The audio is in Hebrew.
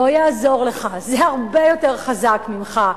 לא יעזור לך, זה הרבה יותר חזק ממך.